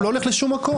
הוא לא הולך לשום מקום.